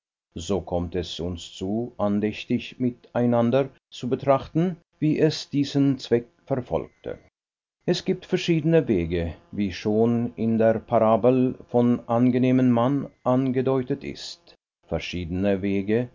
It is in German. so kommt es uns zu andächtig miteinander zu betrachten wie er diesen zweck verfolgte es gibt verschiedene wege wie schon in der parabel vom angenehmen mann angedeutet ist verschiedene wege